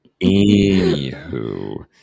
Anywho